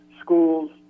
schools